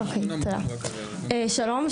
שלום.